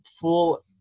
full